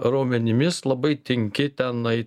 raumenimis labai tinki tenai